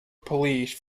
police